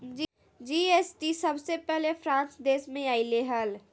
GST सबसे पहले France देश मे अइले हल